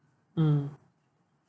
mm